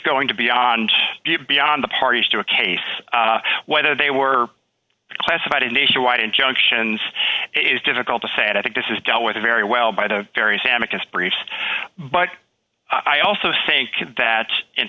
going to beyond beyond the parties to a case whether they were classified in nationwide injunctions is difficult to say and i think this is dealt with very well by the various am against briefs but i also think that in